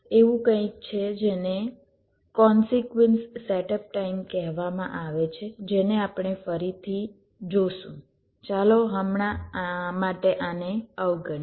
એવું કંઈક છે જેને કોંસિક્વંશ સેટઅપ ટાઇમ કહેવામાં આવે છે જેને આપણે પછીથી જોશું ચાલો હમણાં માટે આને અવગણીએ